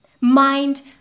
mind